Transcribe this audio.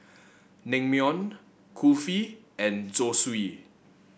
Naengmyeon Kulfi and Zosui